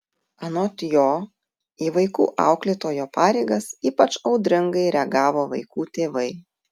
anot jo į vaikų auklėtojo pareigas ypač audringai reagavo vaikų tėvai